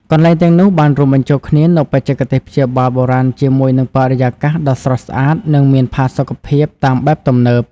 កន្លែងទាំងនោះបានរួមបញ្ចូលគ្នានូវបច្ចេកទេសព្យាបាលបុរាណជាមួយនឹងបរិយាកាសដ៏ស្រស់ស្អាត និងមានផាសុកភាពតាមបែបទំនើប។